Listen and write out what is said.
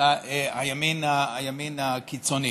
כימין הקיצוני.